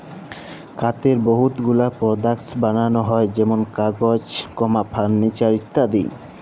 কাঠের বহুত গুলা পরডাক্টস বালাল হ্যয় যেমল কাগজ, ফারলিচার ইত্যাদি